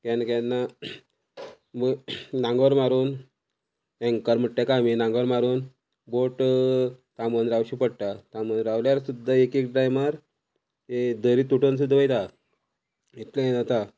can केन्ना मू नांगोर मारून एंकर म्हणटा काय आमी नांगोर मारून बोट थामोन रावची पडटा थामोन रावल्यार सुद्दां एक एक टायमार दरी तुटोन सुद्दां वयता इतलें हें जाता